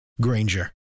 Granger